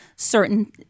Certain